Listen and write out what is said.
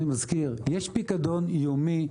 אני מזכיר שיש פיקדון יומי,